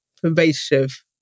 pervasive